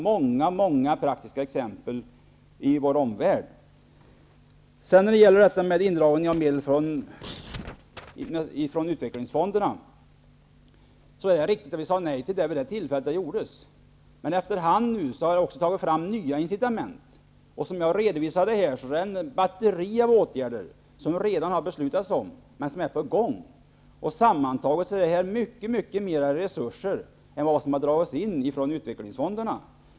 Många många praktiska exempel i vår omvärld visar att det är så. Det är riktigt att vi sade nej till en indragning av medel från utvecklingsfonderna när det var aktuellt, men efter hand har det kommit fram nya incitament. Som jag redovisade har det redan fattats beslut om ett batteri av åtgärder, som nu är på gång. Sammantaget är det fråga om mycket mycket mer resurser än vad som har dragits in från utvecklingsfonderna.